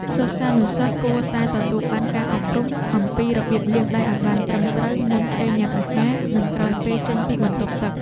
សិស្សានុសិស្សគួរតែទទួលបានការអប់រំអំពីរបៀបលាងដៃឱ្យបានត្រឹមត្រូវមុនពេលញ៉ាំអាហារ និងក្រោយពេលចេញពីបន្ទប់ទឹក។